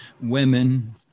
women